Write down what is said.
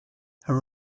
her